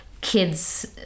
kids